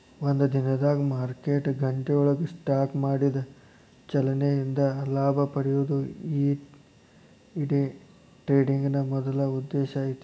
ಒಂದ ದಿನದಾಗ್ ಮಾರ್ಕೆಟ್ ಗಂಟೆಯೊಳಗ ಸ್ಟಾಕ್ ಮಾಡಿದ ಚಲನೆ ಇಂದ ಲಾಭ ಪಡೆಯೊದು ಈ ಡೆ ಟ್ರೆಡಿಂಗಿನ್ ಮೂಲ ಉದ್ದೇಶ ಐತಿ